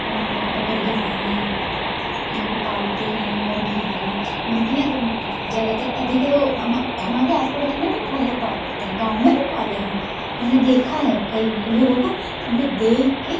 तो हमारे यहाँ बकरियां हैं इनको पालते हैं मुर्गी हैं मुर्गियां तो ज़्यादातर अधिक तो हमा हमारे आस पड़ोस में बहुत लोग पाल लेते हैं गाँव में भी पाले हैं हमने देखा है कई लोगों को तो हमने देख के